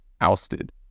ousted